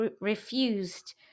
refused